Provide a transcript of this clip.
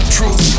Truth